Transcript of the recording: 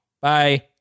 Bye